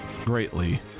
Greatly